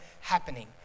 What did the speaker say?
happening